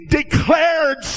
declared